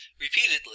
repeatedly